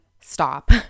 stop